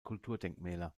kulturdenkmäler